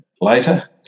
later